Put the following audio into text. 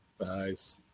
Nice